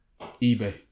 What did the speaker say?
eBay